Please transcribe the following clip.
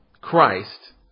Christ